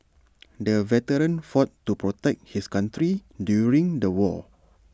the veteran fought to protect his country during the war